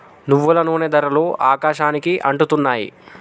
నువ్వుల నూనె ధరలు ఆకాశానికి అంటుతున్నాయి